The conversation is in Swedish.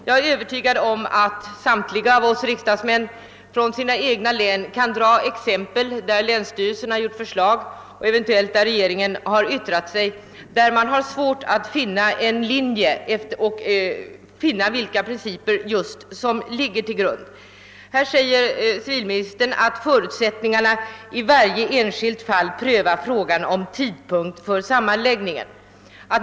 Jag är övertygad om att samtliga riksdagsmän från sina egna län kan anföra exempel på fall där länsstyrelserna har lagt fram förslag och regeringen har yttrat sig men där man har svårt att utröna vilka principer som ligger till grund. Civilministern säger i svaret att man i varje särskilt fall skall pröva frågan om tidpunkten för sammanläggningen.